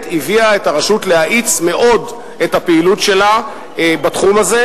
הביאו את הרשות להאיץ מאוד את הפעילות שלה בתחום הזה,